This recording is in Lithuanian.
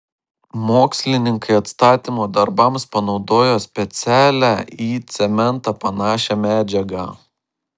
mokslininkai atstatymo darbams panaudojo specialią į cementą panašią medžiagą